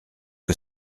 que